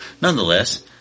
Nonetheless